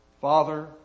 Father